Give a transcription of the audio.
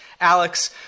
Alex